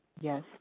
Yes